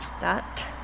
Dot